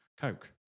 Coke